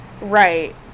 Right